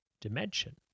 dimension